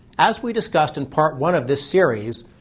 as we discussed in part one of this series,